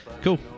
Cool